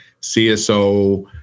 CSO